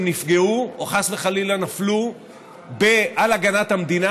נפגעו או חס וחלילה נפלו על הגנת המדינה,